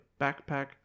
backpack